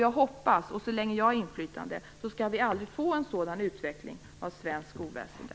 Jag hoppas att vi aldrig, så länge jag har inflytande, skall få en sådan utveckling av svenskt skolväsende.